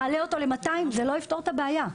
נעלה אותו ל-200 - זה לא יפתור את הבעיה.